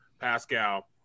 Pascal